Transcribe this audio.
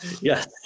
Yes